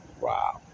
wow